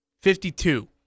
fifty-two